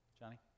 Johnny